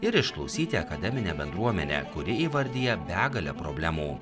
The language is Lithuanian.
ir išklausyti akademinę bendruomenę kuri įvardija begalę problemų